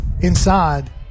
inside